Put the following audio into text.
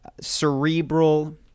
cerebral